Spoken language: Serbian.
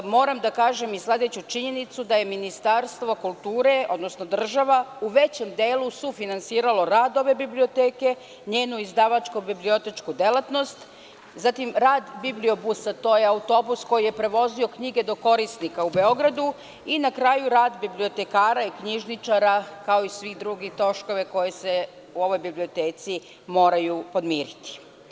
Moram da kažem i sledeću činjenicu da je Ministarstvo kulture, odnosno država u većem delu sufinansiralo radove biblioteke, njenu izdavačko bibliotečku delatnost, zatim rad bibliobusa, to je autobus koji je prevozio knjige do korisnika u Beogradu, i na kraju rad bibliotekara i knjižničara, kao i sve druge troškove koji se u ovoj biblioteci moraju podmiriti.